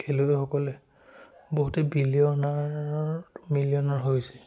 খেলুৱৈসকলে বহুতে বিলিয়নাৰত মিলিয়নাৰ হৈছে